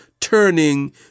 turning